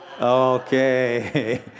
Okay